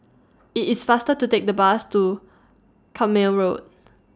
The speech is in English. IT IS faster to Take The Bus to Carpmael Road